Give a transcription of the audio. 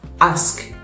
ask